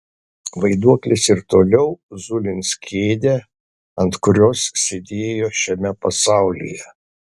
vaiduoklis ir toliau zulins kėdę ant kurios sėdėjo šiame pasaulyje